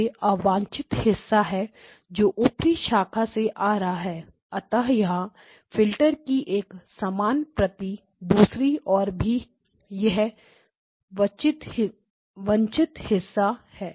यह अवांछित हिस्सा है जो ऊपरी शाखा से आ रहा है अतः यहां फिल्टर की एक समान प्रति दूसरी ओर भी यह वंचित हिस्सा है